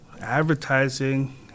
Advertising